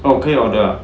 oh 可以 order ah